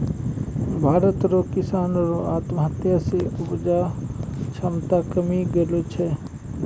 भारत रो किसानो रो आत्महत्या से उपजा क्षमता कमी गेलो छै